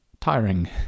tiring